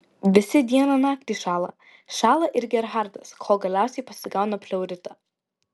visi dieną naktį šąla šąla ir gerhardas kol galiausiai pasigauna pleuritą